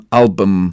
album